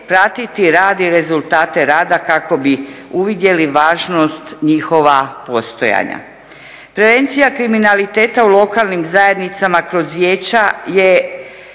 pratiti rad i rezultate rada kako bi uvidjeli važnost njihova postojanja. Prevencija kriminaliteta u lokalnim zajednicama kroz vijeća je